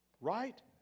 Right